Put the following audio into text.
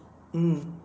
mm